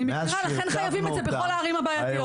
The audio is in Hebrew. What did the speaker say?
אני מכירה, לכן צריך את זה בכל הערים הבעייתיות.